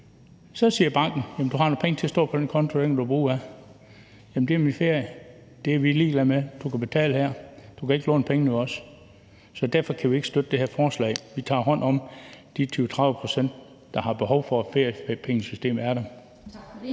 Så siger banken: I har nogle penge, der står på en konto; dem kan I bruge af. Så siger man: Jamen de er til ferie. Så siger banken: Det er vi ligeglade med; I kan betale her; I kan ikke låne penge af os. Derfor kan vi ikke støtte det her forslag. Vi tager hånd om de 20-30 pct., der har behov for, at feriepengesystemet er der.